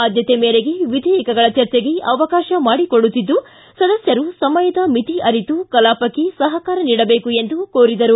ಆದ್ಯತೆ ಮೇರೆಗೆ ವಿಧೇಯಕಗಳ ಚರ್ಚೆಗೆ ಅವಕಾಶ ಮಾಡಿಕೊಡುತ್ತಿದ್ದು ಸದಸ್ಟರು ಸಮಯದ ಮಿತಿ ಅರಿತು ಕಲಾಪಕ್ಕೆ ಸಹಕಾರ ನೀಡಬೇಕು ಎಂದು ಕೋರಿದರು